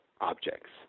objects